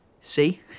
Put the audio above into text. See